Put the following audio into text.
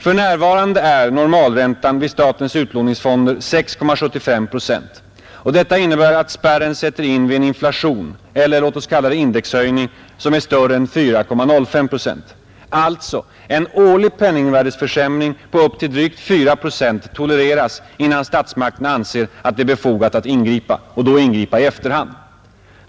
För närvarande är normalräntan vid statens utlåningsfonder 6,75 procent och detta innebär att spärren sätter in vid en inflation — eller låt oss kalla det indexhöjning — som är större än 4,05 procent. Alltså: En årlig penningvärdeförsämring på upp till drygt 4 procent tolereras innan statsmakterna anser att det är befogat att ingripa, och då ingripa i efterhand.